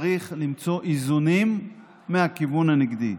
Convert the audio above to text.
צריך למצוא איזונים מהכיוון הנגדי.